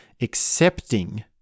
accepting